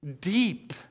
deep